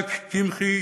יצחק קמחי,